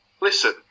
Listen